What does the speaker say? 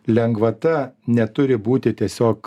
lengvata neturi būti tiesiog